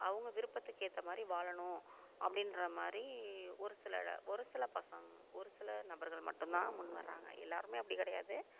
அவங்க விருப்பத்துக்கு ஏற்ற மாதிரி வாழணும் அப்படீன்ற மாதிரி ஒரு சில ஒரு சில பசங்க ஒரு சில நபர்கள் மட்டுந்தான் முன் வர்றாங்க எல்லோருமே அப்படி கிடையாது